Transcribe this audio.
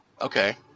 Okay